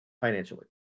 financially